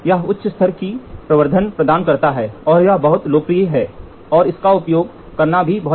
यह उच्च स्तर की प्रवर्धन प्रदान करता है और यह बहुत लोकप्रिय है और इसका उपयोग करना आसान है